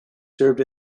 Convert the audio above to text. served